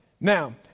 Now